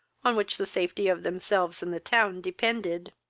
on which the safety of themselves and the town depended.